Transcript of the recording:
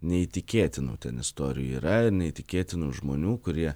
neįtikėtinų ten istorijų yra ir neįtikėtinų žmonių kurie